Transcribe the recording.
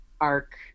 arc